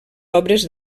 obres